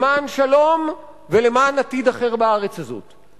למען שלום ולמען עתיד אחר בארץ הזאת.